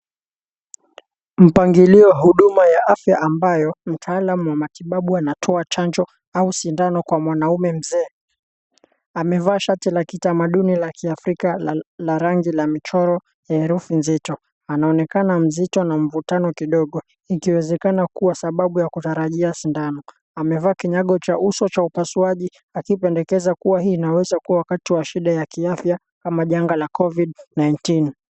Mpangilio wa huduma ya afya ambayo mtaalam wa matibabu anatoa chanjo au sindano kwa mwanaume mzee. Amevaa shati la kitamaduni la kiafrika la rangi la michoro ya herufi nzito. Anaonekana mzito na mvutano kidogo, ikiwezekana kuwa sababu ya kutarajia sindano. Amevaa kinyago cha uso cha upasuaji, akipendekeza kuwa hii inaweza kuwa wakati wa shida ya kiafya kama janga la Covid-19.